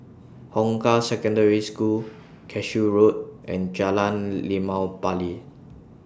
Hong Kah Secondary School Cashew Road and Jalan Limau Bali